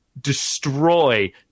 destroy